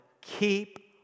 keep